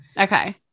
Okay